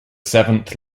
seventh